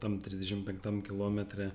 tam trisdešim penktam kilometre